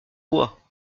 bois